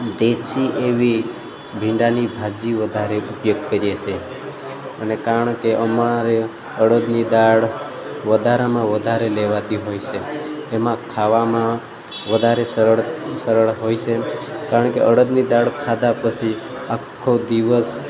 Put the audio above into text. દેશી એવી ભીંડાની ભાજી વધારે ઉપયોગ કરીયે છે અને કારણ કે અમારે અડદની દાળ વધારામાં વધારે લેવાતી હોય છે એમાં ખાવામાં વધારે સરળ સરળ હોય છે કારણ કે અડદની દાળ ખાધા પછી આખો દિવસ